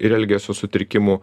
ir elgesio sutrikimų